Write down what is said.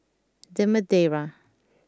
The Madeira